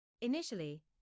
Initially